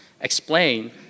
explain